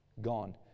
Gone